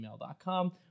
gmail.com